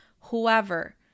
whoever